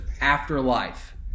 Afterlife